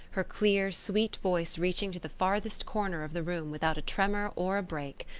her clear, sweet voice reaching to the farthest corner of the room without a tremor or a break.